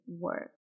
work